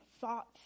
thoughts